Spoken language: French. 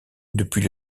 depuis